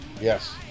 Yes